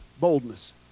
Boldness